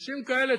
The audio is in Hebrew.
אנשים כאלה,